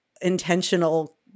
intentional